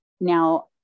Now